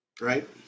Right